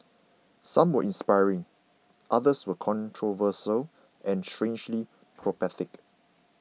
some were inspiring others were controversial and strangely prophetic